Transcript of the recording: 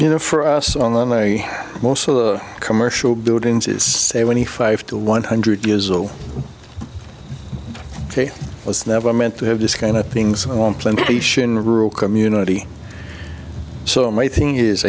dinner for us on the most of the commercial buildings is seventy five to one hundred years old was never meant to have this kind of things on plantation rural community so my thing is